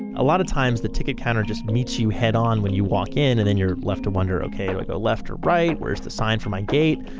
a lot of times, the ticket counter just meets you head on when you walk in and then you're left to wonder, okay, do i go left or right? where is the sign for my gate?